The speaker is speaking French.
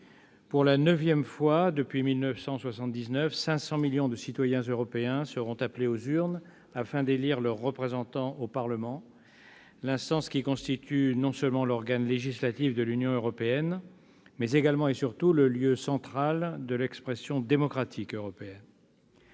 Pour la neuvième fois depuis 1979, 500 millions de citoyens européens seront appelés aux urnes afin d'élire leurs représentants au Parlement, l'instance qui constitue non seulement l'organe législatif de l'Union européenne, mais également- et surtout -le lieu central de l'expression démocratique européenne.